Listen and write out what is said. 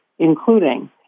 including